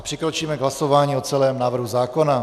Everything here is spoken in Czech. Přikročíme k hlasování o celém návrhu zákona.